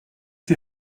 die